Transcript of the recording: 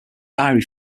diary